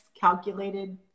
calculated